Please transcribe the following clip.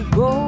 go